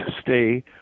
stay